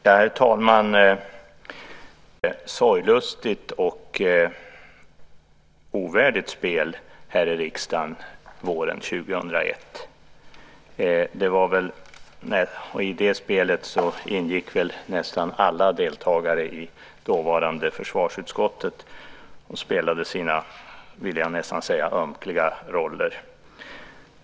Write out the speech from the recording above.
Herr talman! Det var ett sorglustigt och ovärdigt spel här i riksdagen våren 2001. I det spelet deltog väl nästan alla ledamöter i dåvarande försvarsutskottet och spelade sina, vill jag nästan säga, ömkliga roller.